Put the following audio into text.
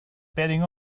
betting